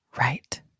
right